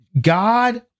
God